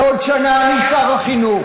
בעוד שנה אני שר החינוך